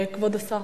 כבוד השר,